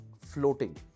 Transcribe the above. floating